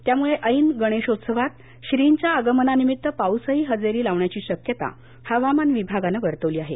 त्यामुळे ऐन गणेशोत्सवात श्रींच्या आगमनानिमित्त पाऊसही हजेरी लावण्याची शक्यता हवामान विभागाने वर्तवली आहे